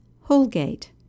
Holgate